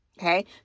okay